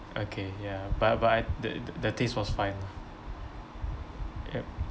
okay ya but but the th~ the taste was fine lah yup